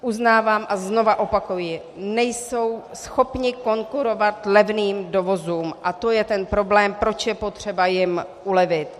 Uznávám a znovu opakuji, nejsou schopni konkurovat levným dovozům, a to je ten problém, proč je potřeba jim ulevit.